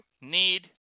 need